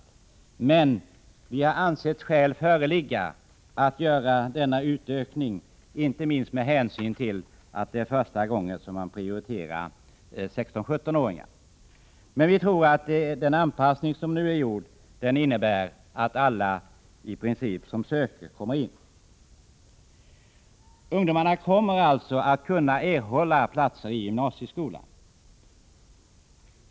Vi har emellertid ansett skäl föreligga att göra den nu föreslagna ökningen inte minst med hänsyn till att det är första gången som man prioriterar 16-17-åringar. Vi tror att den anpassning som nu är gjord innebär att i princip alla som söker kommer in. Ungdomarna kommer alltså att kunna erhålla platser i gymnasieskolan.